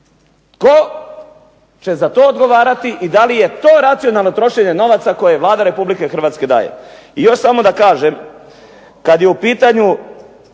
Tko će za to odgovarati i da li je to racionalno trošenje novaca koje Vlada Republike Hrvatske daje? I još samo da kažem, kad je u pitanju